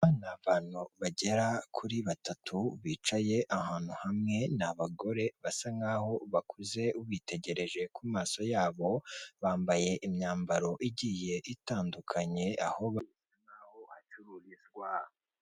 Iyi ni inzu ifite idirishya ndetse n'urugi biri mu ibara ry'umweru, hejuru hakaba hari icyapa cyanditseho amagambo ari mw'ibara ry'ubururu ndetse n'umukara.